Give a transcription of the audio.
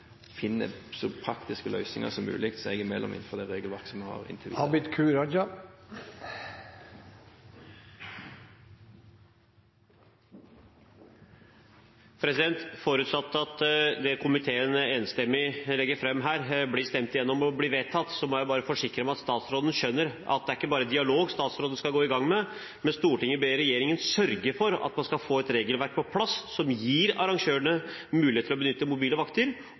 så praktiske løsninger som mulig seg imellom innenfor det regelverket som vi har, inntil videre. Forutsatt at det komiteen enstemmig legger fram her, blir stemt igjennom og vedtatt, må jeg bare forsikre meg om at statsråden skjønner at det ikke er bare dialog han skal gå i gang med. Stortinget ber regjeringen sørge for at vi får et regelverk på plass som gir arrangørene mulighet til å benytte mobile vakter,